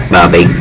Bobby